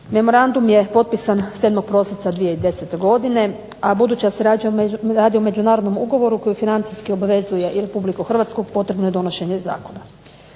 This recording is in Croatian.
Memorandum je potpisan 7. prosinca 2010. godine, a budući da se radi o međunarodnom ugovoru koji financijski obvezuje i RH potrebno je donošenje zakona.